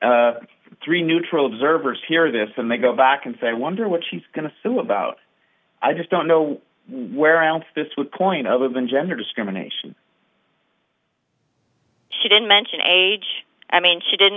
g three neutral observers hear this and they go back and say i wonder what she's going to sue about i just don't know where else this would point other than gender discrimination she didn't mention age i mean she didn't